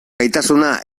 gaitasuna